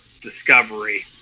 Discovery